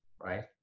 right